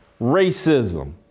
racism